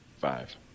five